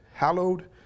Hallowed